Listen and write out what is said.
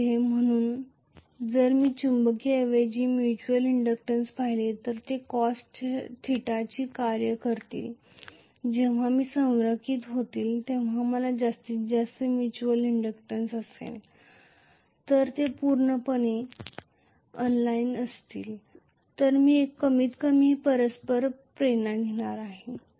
म्हणून जर मी चुंबकीय ऐवजी म्युच्युअल इंडक्टन्स पाहिल्यास ते कॉस्ट थीटाचे कार्य करतील जेव्हा ते संरेखित होतील तेव्हा मला जास्तीत जास्त म्युच्युअल इंडक्टन्स असेल तर ते पूर्णपणे अन अलाईनड असतील तर मी कमीतकमी म्युच्युअल इनडकटेन्स घेणार आहे